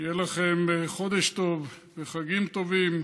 שיהיה לכם חודש טוב וחגים טובים,